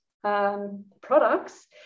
products